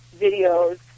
videos